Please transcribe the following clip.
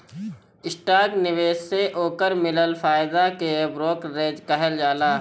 stock निवेश से ओकर मिलल फायदा के ब्रोकरेज कहल जाला